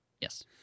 Yes